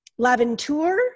Laventure